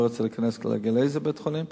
לא רוצה להיכנס כרגע לאיזה בית חולים,